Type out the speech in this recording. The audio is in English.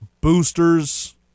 boosters